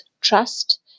trust